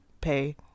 pay